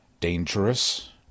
dangerous